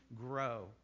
grow